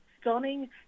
stunning